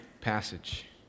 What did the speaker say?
passage